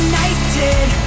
United